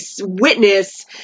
witness